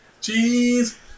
Cheese